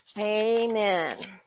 Amen